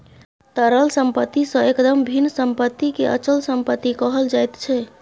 तरल सम्पत्ति सँ एकदम भिन्न सम्पत्तिकेँ अचल सम्पत्ति कहल जाइत छै